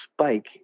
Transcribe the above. spike